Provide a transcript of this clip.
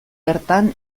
bertan